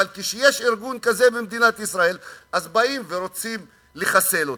אבל כשיש ארגון כזה במדינת ישראל באים ורוצים לחסל אותו.